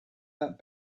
that